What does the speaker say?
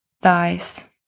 thighs